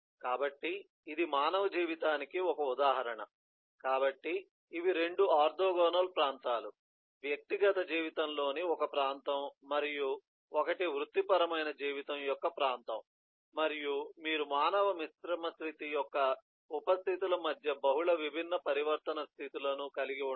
కాబట్టి ఇది మానవ జీవితానికి ఒక ఉదాహరణ కాబట్టి ఇవి 2 ఆర్తోగోనల్ ప్రాంతాలు వ్యక్తిగత జీవితంలోని 1 ప్రాంతం మరియు 1 వృత్తిపరమైన జీవితం యొక్క ప్రాంతం మరియు మీరు మానవ మిశ్రమ స్థితి యొక్క ఉప స్థితి ల మధ్య బహుళ విభిన్న పరివర్తన స్థితులను కలిగి ఉండవచ్చు